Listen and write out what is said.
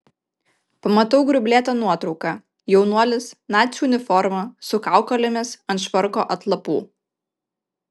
pamatau grublėtą nuotrauką jaunuolis nacių uniforma su kaukolėmis ant švarko atlapų